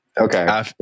Okay